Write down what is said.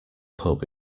pub